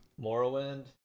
Morrowind